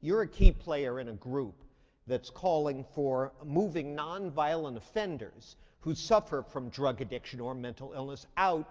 you're a key player in a group that's calling for moving nonviolent offenders who suffer from drug addiction or mental illness out